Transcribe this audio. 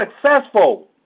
successful